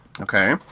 Okay